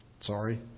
Sorry